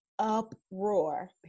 uproar